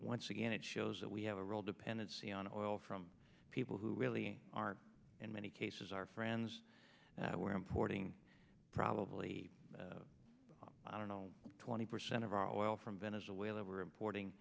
once again it shows that we have a real dependency on oil from people who really are in many cases our friends we're importing probably i don't know twenty percent of our oil from venezuela we're importing